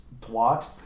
twat